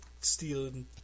stealing